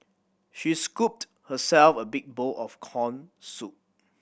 she scooped herself a big bowl of corn soup